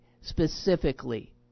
specifically